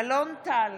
אלון טל,